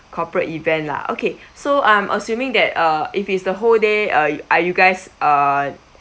corporate event lah okay so I'm assuming that uh if it's the whole day uh are you guys uh